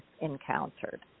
encountered